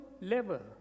level